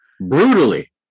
Brutally